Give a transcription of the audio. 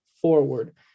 forward